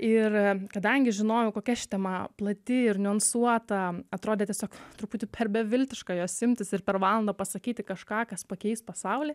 ir kadangi žinojau kokia ši tema plati ir niuansuota atrodė tiesiog truputį per beviltiška jos imtis ir per valandą pasakyti kažką kas pakeis pasaulį